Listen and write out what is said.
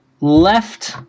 left